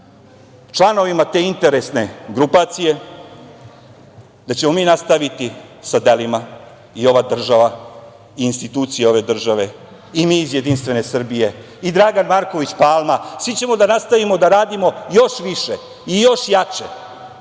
članovima te interesne grupacije, da ćemo mi nastaviti sa delima, ova država i institucije ove države, i mi iz Jedinstvene Srbije, i Dragan Marković Palma, svi ćemo da nastavimo da radimo još više i još jače,